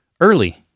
early